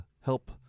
help